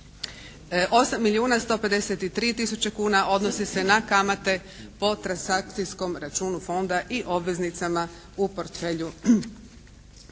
8 milijuna 153 tisuće kuna odnosi se na kamate po transakcijskom računu Fonda i obveznicama u portfelju